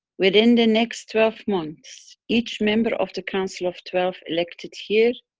within the next twelve months, each member of the council of twelve elected here,